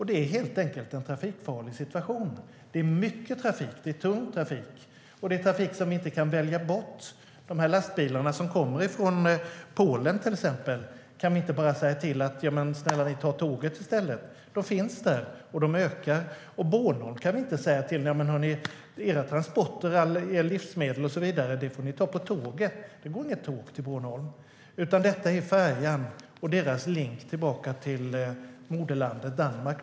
Det är helt enkelt en trafikfarlig situation. Vi kan inte säga till Bornholm: Ni får ta era transporter av livsmedel och så vidare på tåget. Det går inga tåg till Bornholm, utan det är färjan, som går över svensk mark, som är deras länk till moderlandet Danmark.